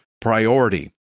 priority